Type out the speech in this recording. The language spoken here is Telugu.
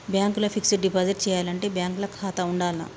బ్యాంక్ ల ఫిక్స్ డ్ డిపాజిట్ చేయాలంటే బ్యాంక్ ల ఖాతా ఉండాల్నా?